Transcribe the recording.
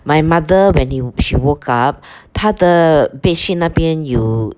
my mother when he she woke up 她的 bedsheet 那边有